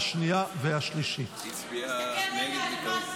כללי שנעשה בשל פעולות האיבה או פעולות המלחמה) (תיקון),